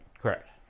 Correct